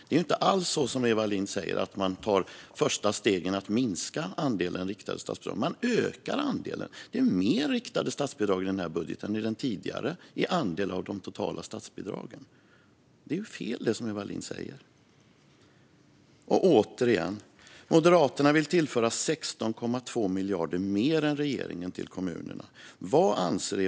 Det är ju inte alls så som Eva Lindh säger - att man tar första steget mot att minska andelen riktade statsbidrag. Man ökar andelen. Det är en större andel riktade statsbidrag av de totala statsbidragen i denna budget än i den tidigare. Det som Eva Lindh säger är fel. Återigen: Moderaterna vill tillföra 16,2 miljarder mer än regeringen till kommunerna.